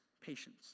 patience